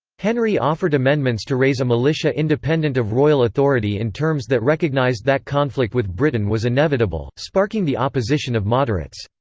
henry offered amendments to raise a militia independent of royal authority in terms that recognized that conflict with britain was inevitable, sparking the opposition of moderates.